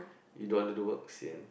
you don't want to do work sian